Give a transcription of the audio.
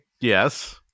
yes